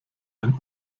ein